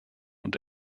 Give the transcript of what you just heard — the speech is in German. und